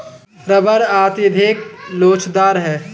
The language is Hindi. रबर अत्यधिक लोचदार है